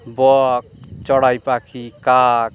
বক চড়াই পাখি কাক